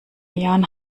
jan